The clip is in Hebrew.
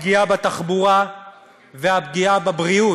הפגיעה בתחבורה והפגיעה בבריאות,